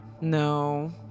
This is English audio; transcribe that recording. No